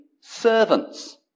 servants